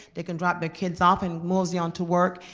they can drop their kids off and mosey on to work.